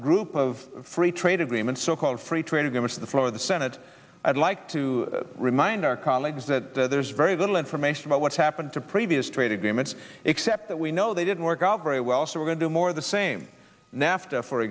group of free trade agreements so called free trade agreements the floor of the senate i'd like to remind our colleagues that there's very little information about what happened to previous trade agreements except that we know they didn't work out very well so we're going to more of the same nafta for